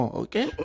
okay